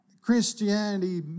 Christianity